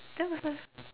that was a